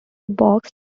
boxed